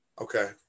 Okay